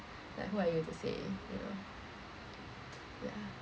like who are you to say you know ya